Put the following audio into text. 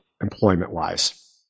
Employment-wise